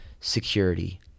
security